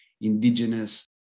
indigenous